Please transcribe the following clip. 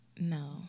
No